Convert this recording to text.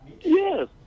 Yes